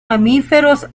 mamíferos